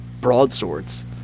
broadswords